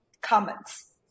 comments